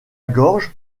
gorge